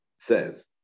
says